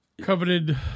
coveted